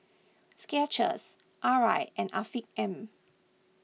Skechers Arai and Afiq M